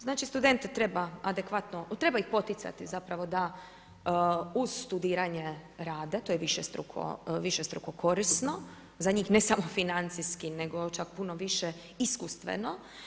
Znači studente treba adekvatno treba ih poticati da uz studiranje rade, to je višestruko korisno za njih, ne samo financijski, nego čak puno više iskustveno.